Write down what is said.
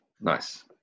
Nice